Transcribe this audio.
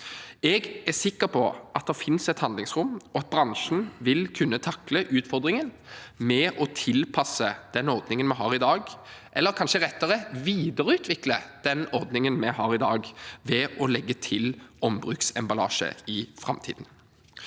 Jeg er sikker på at det finnes et handlingsrom, og at bransjen vil kunne takle utfordringen med å tilpasse den ordningen vi har i dag, eller kanskje rettere sagt videreutvikle den ordningen vi har i dag, ved å legge til ombruksemballasje i framtiden.